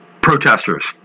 protesters